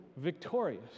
Victorious